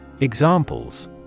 Examples